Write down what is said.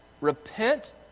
Repent